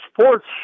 sports